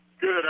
Good